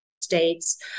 states